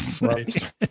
Right